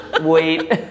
Wait